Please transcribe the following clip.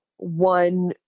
one